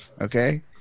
Okay